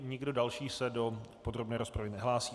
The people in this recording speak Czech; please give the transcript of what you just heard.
Nikdo další se do podrobné rozpravy nehlásí.